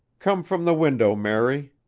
come from the window, mary,